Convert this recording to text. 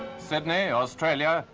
sydney, australia,